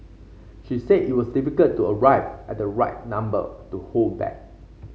she said it was difficult to arrive at the right number to hold back